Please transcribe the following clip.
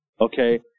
Okay